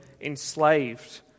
enslaved